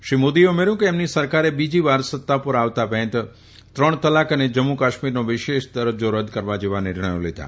શ્રી મોદી કહ્યું કે તેમની સરકારે બીજીવાર સત્તા ઉપર આવતા વેંત ત્રિપક તલાક અને જમ્મુ કાશ્મીરનો વિશેષ દરજ્જા રદ કરવા જેવા નિર્ણથો લીધા